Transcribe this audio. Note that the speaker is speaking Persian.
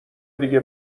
دیگه